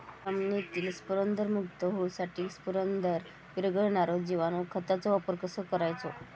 जमिनीतील स्फुदरमुक्त होऊसाठीक स्फुदर वीरघळनारो जिवाणू खताचो वापर कसो करायचो?